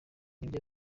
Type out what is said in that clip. nibyo